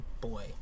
Boy